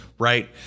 Right